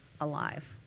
alive